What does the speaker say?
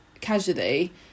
casually